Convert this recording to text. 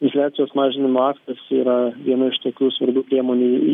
infliacijos mažinimo aktas yra viena iš tokių svarbių priemonių